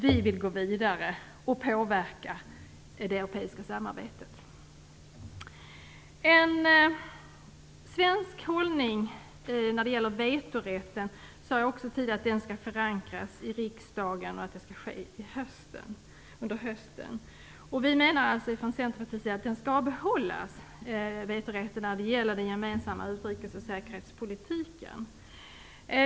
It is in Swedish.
Vi vill gå vidare och påverka det europeiska samarbetet. Vi vill vidare att en svensk hållning till vetorätten skall förankras i riksdagen under hösten. Vi menar från Centerpartiet att vetorätten skall behållas när det gäller den gemensamma utrikes och säkerhetspolitiken.